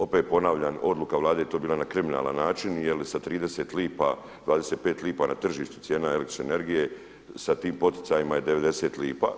Opet ponavljam, odluka Vlade je to bila na kriminalan način jer sa 30 lipa, 25 lipa na tržištu cijena električne energije sa tim poticajima je 90 lipa.